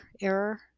error